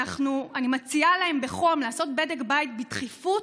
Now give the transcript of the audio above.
אני מציעה להם בחום לעשות בדק בית בדחיפות.